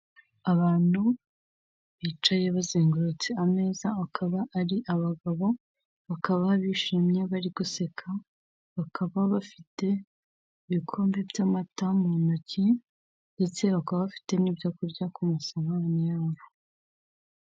Abantu bicaye bazengurutse ameza akaba ari abagabo, bakaba bishimye bari guseka, bakaba bafite ibikombe by'amata mu ntoki ndetse bakaba bafite n'ibyo kurya ku masahane y'abo.